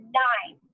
nine